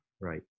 Right